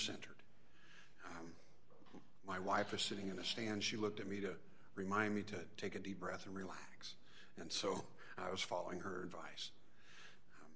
centered my wife is sitting in a stand she looked at me to remind me to take a deep breath and relax and so i was following her device